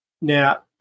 Now